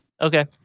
Okay